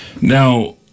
Now